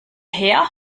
her